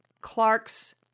clark's